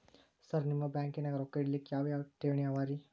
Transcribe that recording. Sir ನಿಮ್ಮ ಬ್ಯಾಂಕನಾಗ ರೊಕ್ಕ ಇಡಲಿಕ್ಕೆ ಯಾವ್ ಯಾವ್ ಠೇವಣಿ ಅವ ರಿ?